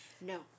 no